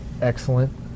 Excellent